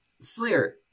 slayer